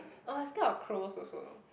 i was scared of crows also